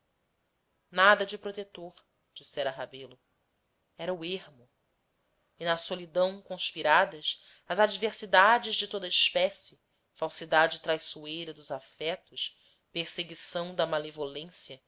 nada de protetor dissera rebelo era o ermo e na solidão conspiradas as adversidades de toda a espécie falsidade traiçoeira dos afetos perseguição da